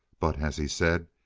but, as he said,